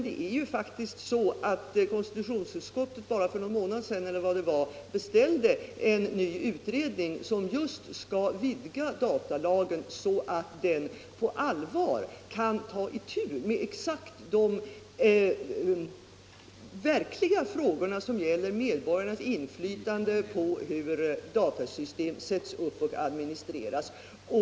Det är faktiskt så att konstitutionsutskottet för bara någon månad sedan beställde en ny utredning, som just skall vidga datalagen så att den på allvar kan ta itu med de allvarliga frågorna som gäller medborgarnas inflytande över hur datasystem sätts upp och administreras.